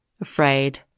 afraid